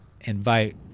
invite